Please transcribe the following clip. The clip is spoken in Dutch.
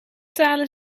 talen